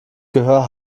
gehör